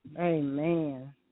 Amen